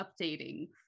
updating